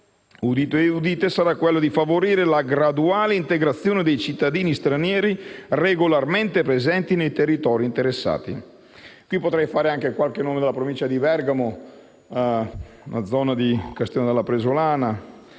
udite udite- sarà quello di favorire la graduale integrazione dei cittadini stranieri regolarmente presenti nei territori interessati. Potrei fare anche qualche nome della provincia di Bergamo, come la zona di Castione della Presolana